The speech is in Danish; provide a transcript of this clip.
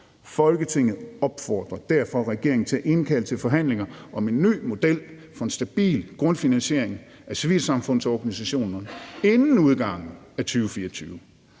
Folketinget opfordrer derfor regeringen til at indkalde til forhandlinger om en ny model for en stabil grundfinansiering af civilsamfundsorganisationerne inden udgangen af 2024.